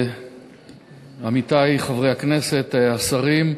עמיתי חברי הכנסת, השרים,